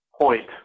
point